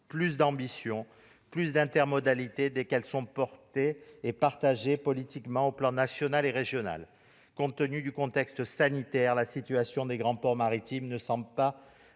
plus d'ambition, plus d'intermodalité, dès lors que ces objectifs sont portés et partagés politiquement aux plans national et régional. Compte tenu du contexte sanitaire, la situation des grands ports maritimes ne semble pas